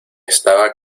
estaba